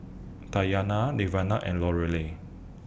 Tatyana Lavenia and Lorelei